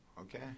Okay